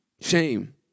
Shame